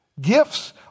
Gifts